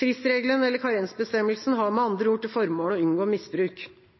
Fristregelen/karensbestemmelsen har med andre ord til formål å unngå misbruk.